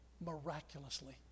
miraculously